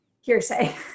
hearsay